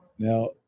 Now